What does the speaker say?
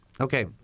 Okay